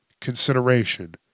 Consideration